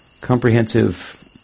comprehensive